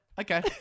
Okay